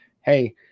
hey